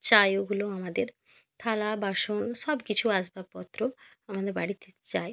চাই ওগুলো আমাদের থালা বাসন সব কিছু আসবাবপত্র আমাদের বাড়িতে চাই